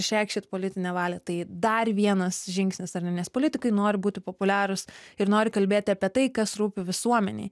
išreikšit politinę valią tai dar vienas žingsnis ar ne nes politikai nori būti populiarūs ir nori kalbėti apie tai kas rūpi visuomenei